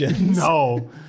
No